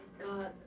God